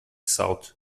salto